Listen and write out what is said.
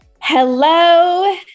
Hello